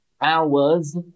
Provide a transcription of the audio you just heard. hours